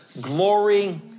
glory